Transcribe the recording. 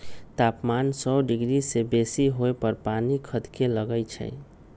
तापमान सौ डिग्री से बेशी होय पर पानी खदके लगइ छै